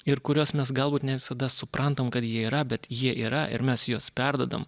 ir kuriuos mes galbūt ne visada suprantam kad jie yra bet jie yra ir mes juos perduodam